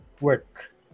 work